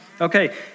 Okay